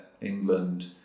England